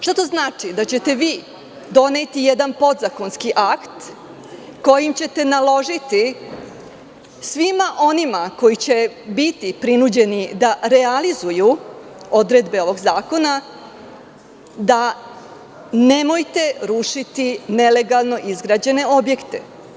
Šta to znači, da ćete vi doneti jedan podzakonski akt kojim ćete naložiti svima onima koji će biti prinuđeni da realizuju odredbe ovog zakona – nemojte rušiti nelegalno izgrađene objekte?